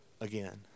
again